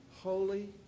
holy